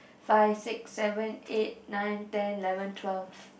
five six seven eight nine ten eleven twelve